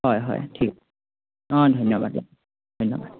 হয় হয় ঠিক অঁ ধন্যবাদ দিয়ক ধন্যবাদ